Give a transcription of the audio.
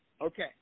Okay